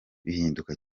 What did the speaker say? bihinduka